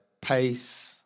pace